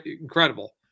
incredible